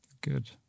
good